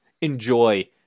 enjoy